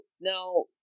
now